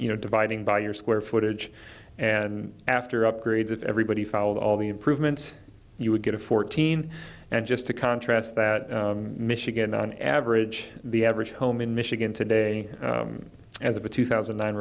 you know dividing by your square footage and after upgrades if everybody followed all the improvements you would get a fourteen and just to contrast that michigan on average the average home in michigan today as a two thousand